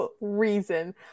reason